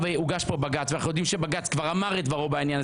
כנסת חדשה נבחרה ואתם ניסיתם בכל דרך אפשרית לקבוע נציגוּת,